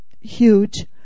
huge